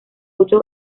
ocho